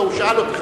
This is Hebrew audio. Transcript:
הוא שאל אותי.